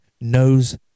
knows